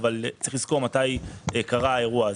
אבל צריך לזכור מתי קרה האירוע הזה.